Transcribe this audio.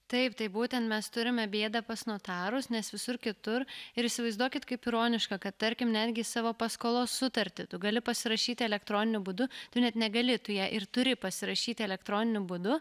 taip tai būtent mes turime bėdą pas notarus nes visur kitur ir įsivaizduokit kaip ironiška kad tarkim netgi savo paskolos sutartį tu gali pasirašyti elektroniniu būdu tu net negali tu ją ir turi pasirašyti elektroniniu būdu